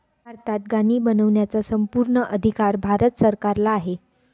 भारतात नाणी बनवण्याचा संपूर्ण अधिकार भारत सरकारला आहे